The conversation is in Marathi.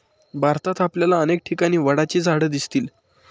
भारतात आपल्याला अनेक ठिकाणी वडाची झाडं दिसतील